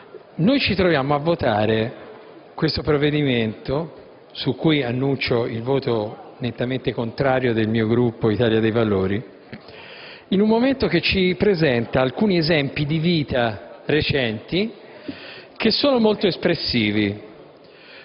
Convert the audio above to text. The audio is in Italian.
noi ci troviamo a pronunciarci su questo provvedimento, su cui annuncio il voto nettamente contrario del Gruppo dell'Italia dei Valori, in un momento che ci presenta alcuni esempi di vita recenti che sono molto espressivi.